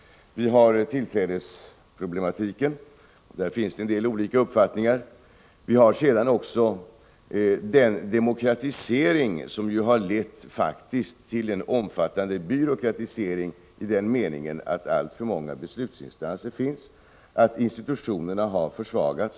Vi har t.ex. tillträdesproblematiken, där det finns en del olika uppfattningar. Vidare vill jag peka på den demokratisering som faktiskt har lett till en omfattande byråkratisering i den meningen att det finns alltför många beslutsinstanser och att institutionerna har försvagats.